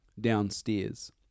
downstairs